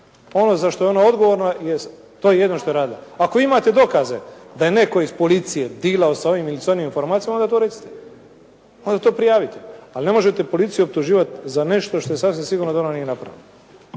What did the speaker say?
Ono za što je ona odgovorna jesam. To je jedino što je radila. Ako imate dokaze da je netko iz policije dilao sa ovim ili sa onim informacijama onda to recite. Onda to prijavite. Ali ne možete policiju optuživati za nešto što je sasvim sigurno da ona nije napravila.